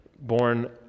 born